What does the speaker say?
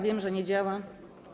Wiem, że nie działa.